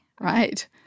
Right